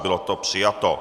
Bylo to přijato.